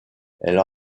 elles